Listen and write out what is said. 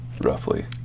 roughly